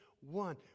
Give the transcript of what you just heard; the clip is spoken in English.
One